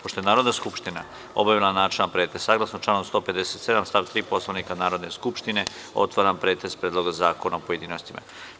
Pošto je Narodna skupština obavila načelni pretres, saglasno članu 157. stav 3. Poslovnika Narodne skupštine, otvaram pretres Predloga zakona u pojedinostima.